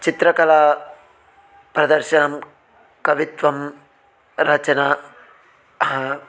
चित्रकलाप्रदर्शनं कवित्वं रचना